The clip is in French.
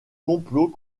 complot